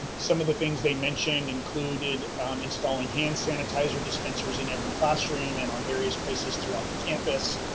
some of the things they mentioned included installing hand sanitizer dispensers in every classroom and on various places throughout the campus.